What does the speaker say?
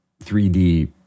3D